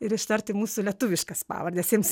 ir ištarti mūsų lietuviškas pavardes jiems